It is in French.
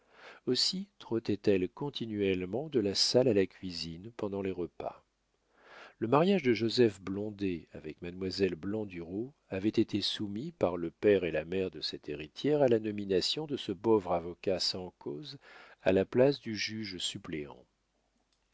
aussi trottait elle continuellement de la salle à la cuisine pendant les repas le mariage de joseph blondet avec mademoiselle blandureau avait été soumis par le père et la mère de cette héritière à la nomination de ce pauvre avocat sans cause à la place de juge-suppléant